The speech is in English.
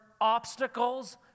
obstacles